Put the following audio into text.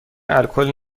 الکل